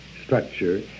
structure